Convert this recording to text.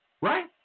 Right